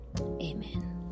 amen